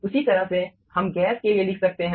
उसी तरह से हम गैस के लिए लिख सकते हैं